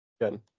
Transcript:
Good